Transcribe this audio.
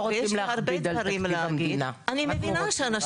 וחקרתי עם הדוקטורנטית שלי את העניין של אנשים